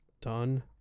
done